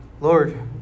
Lord